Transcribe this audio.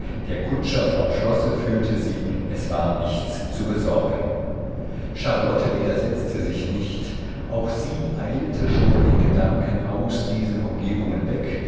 der kutscher vom schlosse führte sie es war nichts zu besorgen charlotte widersetzte sich nicht auch sie eilte schon in gedanken aus diesen umgebungen weg